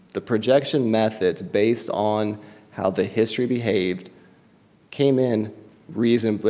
the projection methods based on how the history behaved came in reasonably,